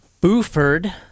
Buford